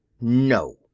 No